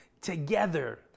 together